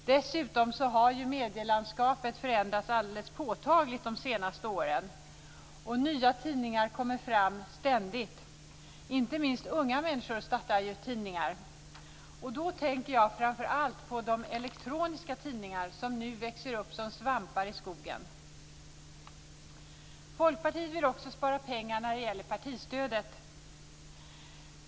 Dessutom har ju medielandskapet förändrats alldeles påtagligt de senaste åren. Nya tidningar kommer ständigt fram. Inte minst unga människor startar tidningar. Då tänker jag framför allt på de elektroniska tidningar som nu växer upp som svampar i skogen. Folkpartiet vill också spara pengar när det gäller partistödet.